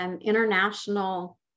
international